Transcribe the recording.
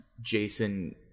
Jason